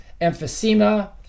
emphysema